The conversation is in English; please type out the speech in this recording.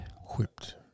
Whipped